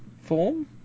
Form